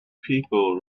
people